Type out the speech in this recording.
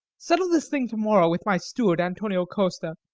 settle this thing to-morrow with my steward, antonio costa.